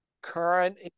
current